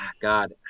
God